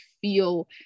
feel